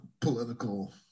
political